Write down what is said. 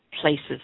places